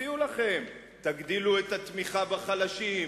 הציעו לכם: תגדילו את התמיכה בחלשים,